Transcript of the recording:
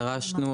דרשנו,